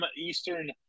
eastern